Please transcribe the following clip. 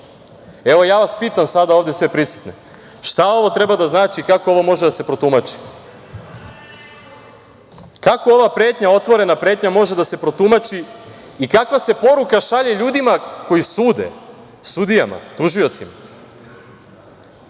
ja vas pitam sada sve prisutne - šta ovo treba da znači, kako ovo može da se protumači? Kako ova otvorena pretnja može da se protumači i kakva se poruka šalje ljudima koji sude sudijama tužiocima?